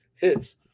hits